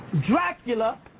Dracula